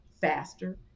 faster